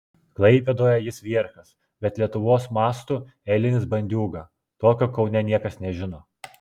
klaipėdoje jis vierchas bet lietuvos mastu eilinis bandiūga tokio kaune niekas nežino